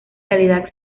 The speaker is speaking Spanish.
realidad